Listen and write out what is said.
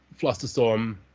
Flusterstorm